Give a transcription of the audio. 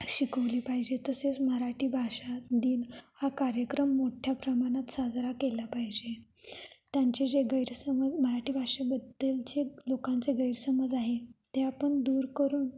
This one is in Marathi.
शिकवली पाहिजे तसेच मराठी भाषा दिन हा कार्यक्रम मोठ्या प्रमाणात साजरा केला पाहिजे त्यांचे जे गैरसमज मराठी भाषेबद्दल जे लोकांचे गैरसमज आहे ते आपण दूर करून